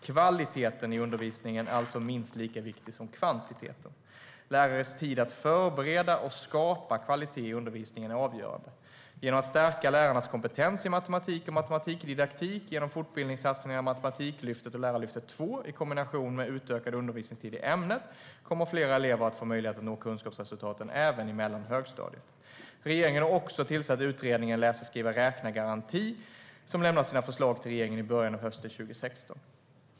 Kvaliteten i undervisningen är alltså minst lika viktig som kvantiteten. Lärares tid att förbereda och skapa kvalitet i undervisningen är avgörande. Genom att stärka lärarnas kompetens i matematik och matematikdidaktik genom fortbildningssatsningarna Matematiklyftet och Lärarlyftet II i kombination med utökad undervisningstid i ämnet kommer fler elever att få möjlighet att nå kunskapskraven även i mellan och högstadiet. Regeringen har också tillsatt utredningen om en läsa-skriva-räkna-garanti, som lämnar sina förslag till regeringen i början av hösten 2016.